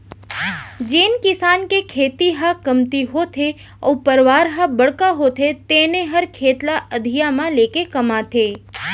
जेन किसान के खेती ह कमती होथे अउ परवार ह बड़का होथे तेने हर खेत ल अधिया म लेके कमाथे